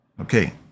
Okay